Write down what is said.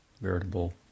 veritable